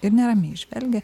ir neramiai žvelgia